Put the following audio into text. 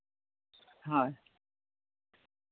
হয়